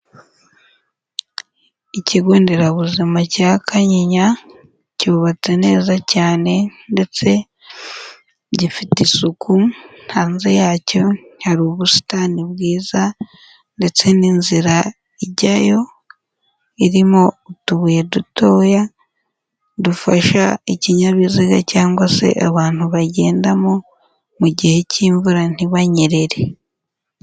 Ikigo nderabuzima cya Kanyinya, cyubatse neza cyane ndetse gifite isuku, hanze yacyo hari uri ubusitani bwiza, ndetse n'inzira ijyayo irimo utubuye dutoya dufasha ikinyabiziga cyangwa se abantu bagendamo mu gihe cy'imvura ntibanyerere.